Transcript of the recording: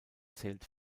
zählt